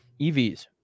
EVs